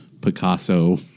Picasso